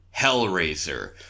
Hellraiser